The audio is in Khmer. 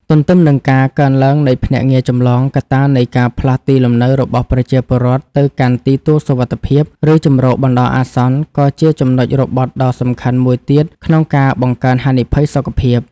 ទន្ទឹមនឹងការកើនឡើងនៃភ្នាក់ងារចម្លង កត្តានៃការផ្លាស់ទីលំនៅរបស់ប្រជាពលរដ្ឋទៅកាន់ទីទួលសុវត្ថិភាព ឬជម្រកបណ្តោះអាសន្ន ក៏ជាចំណុចរបត់ដ៏សំខាន់មួយទៀតក្នុងការបង្កើនហានិភ័យសុខភាព។